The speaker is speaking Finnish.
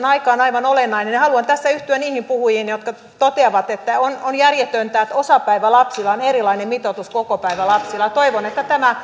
aika on aivan olennainen ja haluan tässä yhtyä niihin puhujiin jotka toteavat että on on järjetöntä että osapäivälapsilla on erilainen mitoitus kuin kokopäivälapsilla toivon että tämä